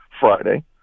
Friday